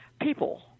people